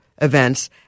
Events